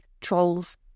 trolls